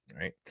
right